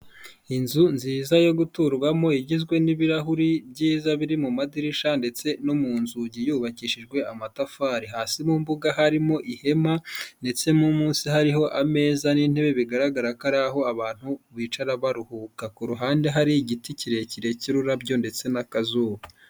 Inzu nziza yo guturwamo igizwe n'ibirahuri byiza biri mu madirisha ndetse no mu nzugi yubakishijwe amatafari, hasi mu mbuga harimo ihema ndetse mo munsi hariho ameza n'intebe bigaragara ko ari aho abantu bicara baruhuka, ku ruhande hari igiti kirekire cy'ururabyo ndetse n'akazuba.